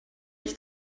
ich